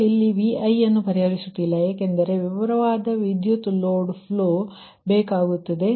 ನಾವು ಇಲ್ಲಿ Vi ಅನ್ನು ಪರಿಹರಿಸುವುದಿಲ್ಲ ಯಾಕೆಂದರೆ ವಿವರವಾದ ವಿದ್ಯುತ್ ಲೋಡ್ ಫ್ಲೋ ಬೇಕಾಗುತ್ತದೆ